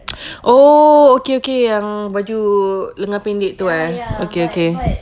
oh okay okay uh yang baju lengan pendek tu ah okay okay